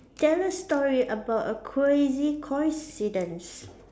tell a story about a crazy coincidence